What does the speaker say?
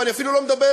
ואני אפילו לא מדבר